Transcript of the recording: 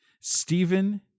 Stephen